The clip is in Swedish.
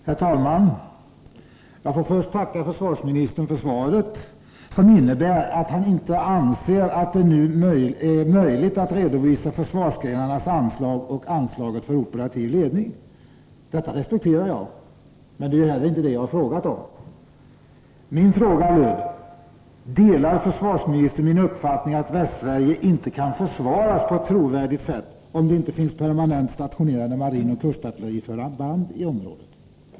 Herr talman! Jag får först tacka försvarsministern för svaret, som innebär att han inte anser att det nu är möjligt att redovisa försvarsgrenarnas anslag och anslaget för operativ ledning. Detta respekterar jag. Men det är inte heller det jag har frågat om. Min fråga löd: Delar försvarsministern min uppfattning, att Västsverige inte kan försvaras på ett trovärdigt sätt, om det inte finns permanent stationerade marinoch kustartilleriförband i området?